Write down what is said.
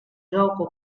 gioco